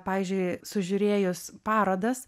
pavyzdžiui sužiūrėjus parodas